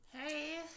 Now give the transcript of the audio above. Hey